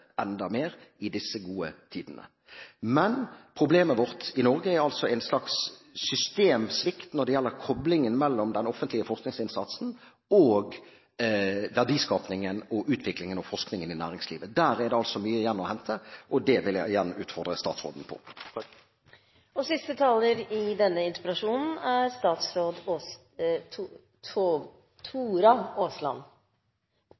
enda mer i disse gode tidene. Men problemet vårt i Norge er altså en slags systemsvikt når det gjelder koblingen mellom den offentlige forskningsinnsatsen og verdiskapingen, utviklingen og forskningen i næringslivet. Der er det mye igjen å hente, og det vil jeg igjen utfordre statsråden på. Takk for debatten og nyttige innspill. Jeg er glad for at debatten i